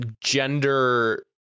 gender